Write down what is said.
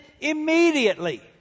immediately